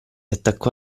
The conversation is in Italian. attaccò